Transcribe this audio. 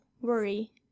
worry